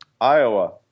Iowa